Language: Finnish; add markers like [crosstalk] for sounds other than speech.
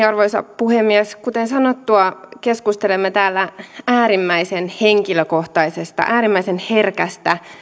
[unintelligible] arvoisa puhemies kuten sanottua keskustelemme täällä äärimmäisen henkilökohtaisesta äärimmäisen herkästä